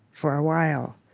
for a while,